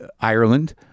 Ireland